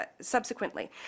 subsequently